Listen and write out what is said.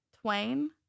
Twain